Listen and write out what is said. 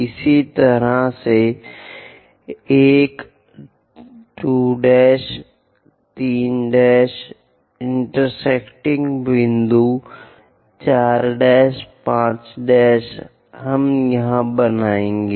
इसी तरह एक 2 3 इंटेरसेक्टिंग बिंदु 4 5 हम यहाँ बनायेगे